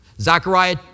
Zechariah